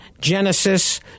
Genesis